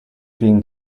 being